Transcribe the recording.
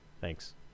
Thanks